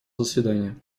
заседания